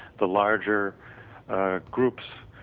the larger groups,